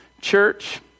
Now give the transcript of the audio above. church